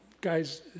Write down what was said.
Guys